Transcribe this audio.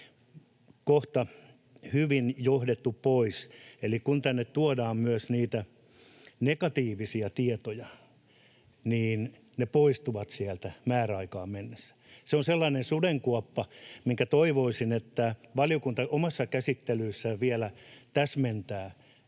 kohta hyvin johdettu pois, eli kun tänne tuodaan myös niitä negatiivisia tietoja, niin ne poistuvat sieltä määräaikaan mennessä. Se on sellainen sudenkuoppa, minkä toivoisin, että valiokunta omassa käsittelyssään vielä täsmentää,